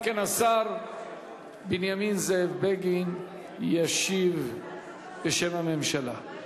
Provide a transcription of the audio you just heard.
אם כן, השר בנימין זאב בגין ישיב בשם הממשלה.